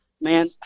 man